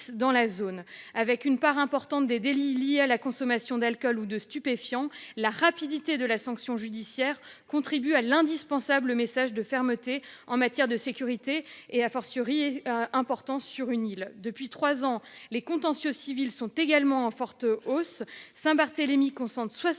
dans la zone. Une part importante des délits est liée à la consommation d'alcool ou de stupéfiants. En la matière, la rapidité de la sanction judiciaire contribue à l'indispensable message de fermeté en matière de sécurité, sur une île comme Saint-Barthélemy. Depuis trois ans, les contentieux civils sont également en forte hausse. Saint-Barthélemy concentre 70